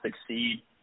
succeed